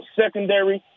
secondary